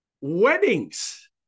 Weddings